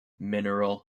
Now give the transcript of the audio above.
mineral